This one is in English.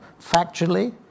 factually